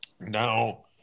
Now